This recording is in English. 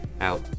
Out